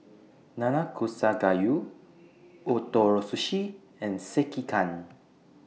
Nanakusa Gayu Ootoro Sushi and Sekihan